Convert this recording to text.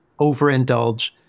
overindulge